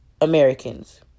Americans